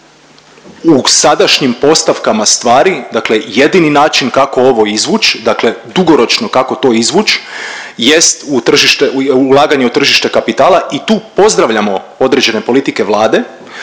U sadašnjim postavkama stvari, dakle jedini način kako ovo izvući dakle dugoročno kako to izvući jest u tržište, ulaganje u tržište kapitala i tu pozdravljamo određene politike Vlade